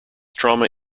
trauma